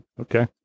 Okay